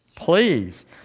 Please